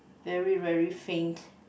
very very faint